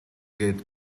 гээд